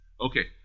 Okay